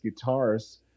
guitars